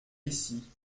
ici